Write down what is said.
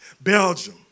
Belgium